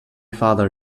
father